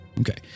Okay